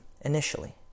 initially